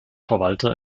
verwalter